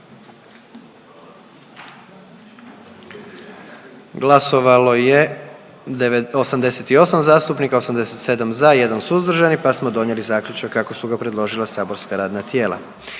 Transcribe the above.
zastupnica i zastupnika, 115 za, 2 suzdržana pa smo donijeli zaključak kako su ga predložila saborska radna tijela.